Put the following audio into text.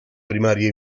primaria